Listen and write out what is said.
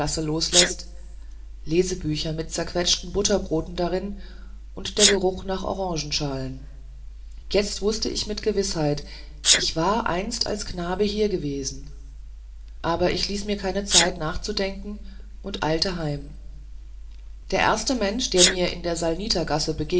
losläßt lesebücher mit zerquetschten butterbroten darin und der geruch nach orangenschalen jetzt wußte ich mit gewißheit ich war einst als knabe hier gewesen aber ich ließ mir keine zeit nachzudenken und eilte heim der erste mensch der mir in der